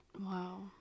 Wow